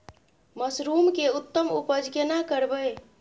Mushroom के उत्तम उपज केना करबै?